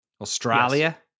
australia